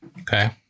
Okay